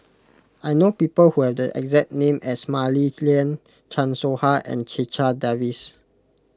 I know people who have the exact name as Mah Li Lian Chan Soh Ha and Checha Davies